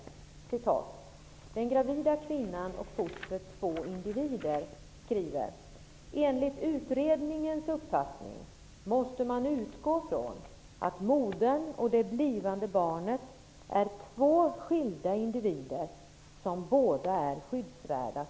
Där står att den gravida kvinnan och fostret är två individer: ''Enligt utredningens uppfattning måste man utgå från att modern och det blivande barnet är två skilda individer som båda är skyddsvärda.''